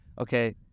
okay